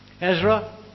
Ezra